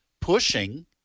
pushing